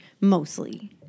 mostly